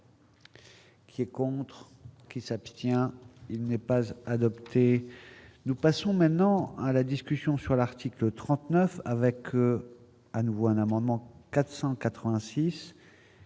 Qui est contre qui s'abstient, il n'est pas à adopter, nous passons maintenant à la discussion sur l'article 39 avec à nouveau un amendement 480.